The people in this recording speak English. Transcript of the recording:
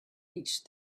reach